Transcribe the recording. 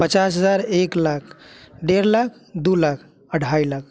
पचास हज़ार एक लाख डेढ़ लाख दो लाख अढ़ाई लाख